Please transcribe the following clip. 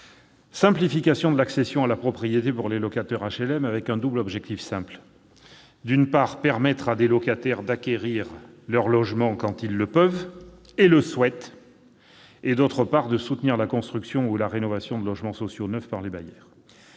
simplifier l'accession à la propriété pour les locataires d'HLM avec un double objectif simple : d'une part, permettre à des locataires d'acquérir leur logement quand ils le peuvent et le souhaitent et, d'autre part, soutenir la construction ou la rénovation de logements sociaux neufs par les bailleurs.